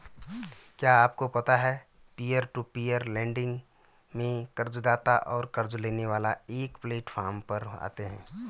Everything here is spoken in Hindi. क्या आपको पता है पीयर टू पीयर लेंडिंग में कर्ज़दाता और क़र्ज़ लेने वाला एक प्लैटफॉर्म पर आते है?